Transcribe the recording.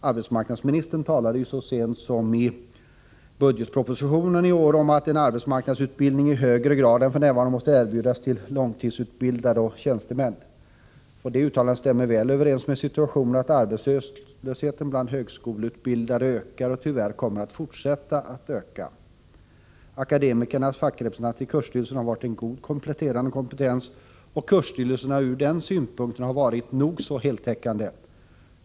Arbetsmarknadsministern skrev ju i budgetpropositionen i år att arbetsmarknadsutbildning i högre grad än f.n. måste erbjudas långtidsutbildade och tjänstemän. Detta uttalande är riktigt med tanke på att arbetslösheten bland högskoleutbildade ökar, och tyvärr också kommer att fortsätta att öka. Akademikernas fackrepresentanter i kursstyrelserna har varit en god kompletterande kompetens. Kursstyrelserna har från den synpunkten varit nog så heltäckande.